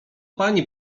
pani